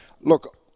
look